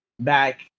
back